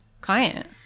client